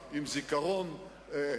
אז אני מציע לא לקרוא בשמותיהם.